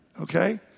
okay